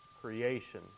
Creation